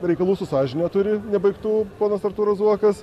reikalų su sąžine turi nebaigtų ponas artūras zuokas